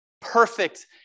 perfect